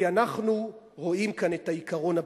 כי אנחנו רואים כאן את העיקרון הבסיסי.